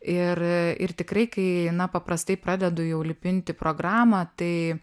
ir ir tikrai kai na paprastai pradedu jau lipinti programą tai